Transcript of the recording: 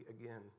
again